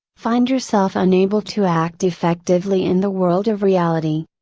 find yourself unable to act effectively in the world of reality.